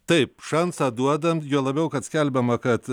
taip šansą duodant juo labiau kad skelbiama kad